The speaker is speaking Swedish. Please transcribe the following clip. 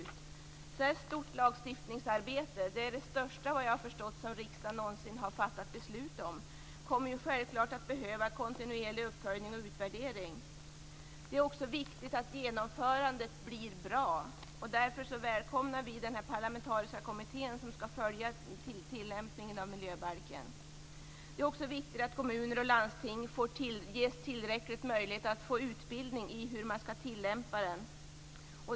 Ett så stort lagstiftningsarbete - det största som riksdagen skall fatta beslut om - kommer att behöva en kontinuerlig uppföljning och utvärdering. Det är också viktigt att genomförandet blir bra. Därför välkomnar vi den parlamentariska kommittén som skall följa tillämpningen av miljöbalken. Det är också viktigt att kommuner och landsting ges tillräckliga möjligheter till utbildning i tillämpning av lagen.